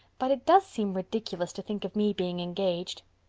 but it does seem ridiculous to think of me being engaged.